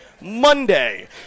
Monday